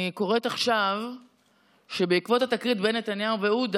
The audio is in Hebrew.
אני קוראת עכשיו שבעקבות התקרית בין נתניהו לעודה